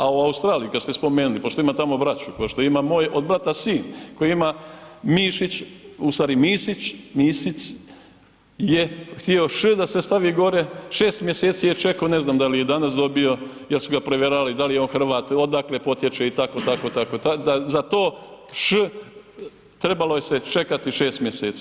A u Australiji kad ste spomenuli, pošto imam tamo braću, pošto ima moj od brata sin, koji ima Mišić, u stvari Misic je htio š da se stavi gore, 6 mjeseci je čekao ne znam da li je danas dobio, jel su ga provjeravali dal je on Hrvat, odakle potječe i tako, tako, tako, za to š trebalo se je čekati 6 mjeseci.